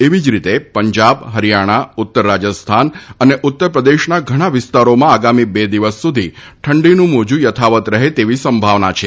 એવી જ રીતે પંજાબ હરીયાણા ઉત્તર રાજસ્થાન અને ઉત્તરપ્રદેશના ઘણા વિસ્તારોમાં આગામી બે દિવસ સુધી ઠંડીનું મોજું યથાવત રહે તેવી સંભાવના છે